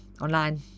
online